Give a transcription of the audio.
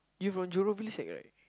you from Jurong-Ville-Sec right